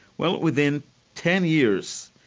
well within ten years,